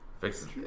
fixes